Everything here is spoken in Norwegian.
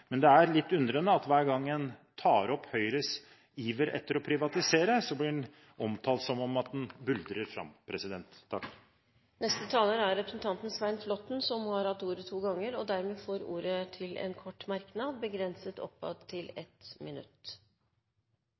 Men det er litt underlig at hver gang en tar opp Høyres iver etter å privatisere, blir man omtalt som å «buldre fram». Svein Flåtten har hatt ordet to ganger tidligere og får ordet til en kort merknad, begrenset til 1 minutt.